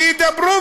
שידברו,